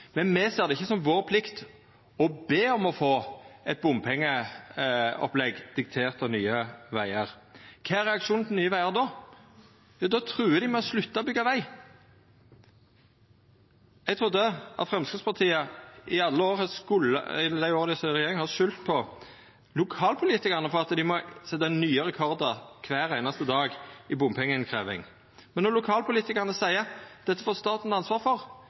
men me ser det ikkje som vår plikt å be om å få eit bompengeopplegg diktert av Nye Vegar. Kva er reaksjonen til Nye Vegar då? Jo, då truar dei med å slutta å byggja veg. Eg trudde at Framstegspartiet i alle år dei har sete i regjering, har skulda på lokalpolitikarane for at dei må setja nye rekordar kvar einaste dag i bompengeinnkrevjing, men når lokalpolitikarane seier at dette får staten ta ansvar for,